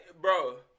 bro